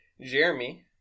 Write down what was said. Jeremy